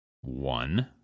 one